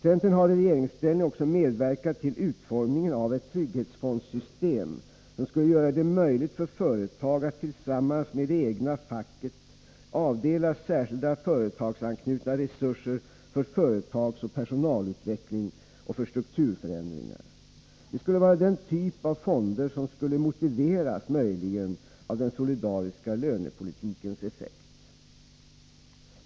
Centern har i regeringsställning medverkat till utformningen av ett trygghetsfondssystem, som skulle göra det möjligt för företag att tillsammans med det egna facket avdela särskilda företagsanknutna resurser för företagsoch personalutveckling och strukturförändringar. Det skulle vara den typ av fonder som möjligen skulle motiveras av den solidariska lönepolitikens effekt.